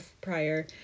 prior